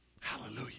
Hallelujah